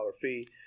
fee